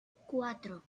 cuatro